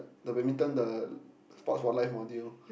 the badminton the sports for life module